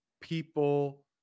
people